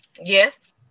Yes